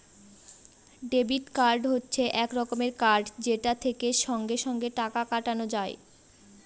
debit card হচ্ছে এক রকমের কার্ড যেটা থেকে সঙ্গে সঙ্গে টাকা কাটানো যায়